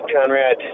Conrad